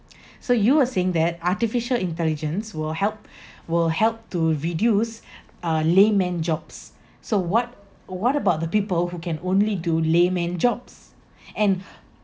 so you are saying that artificial intelligence will help will help to reduce uh layman jobs so what what about the people who can only do layman jobs and